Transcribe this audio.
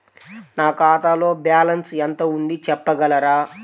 నా ఖాతాలో బ్యాలన్స్ ఎంత ఉంది చెప్పగలరా?